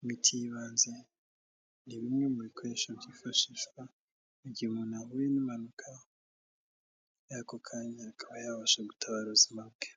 imiti y'ibanze ni bimwe mu bikoresho byifashishwa mugihe umuntu ahuye n'impanuka y'ako kanya akaba yabasha gutabara ubuzima bwe.